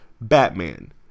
Batman